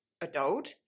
adult